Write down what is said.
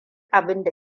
abinda